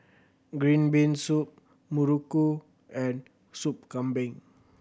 green bean soup muruku and Soup Kambing